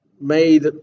made